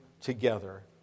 together